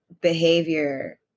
behavior